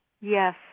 Yes